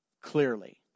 Clearly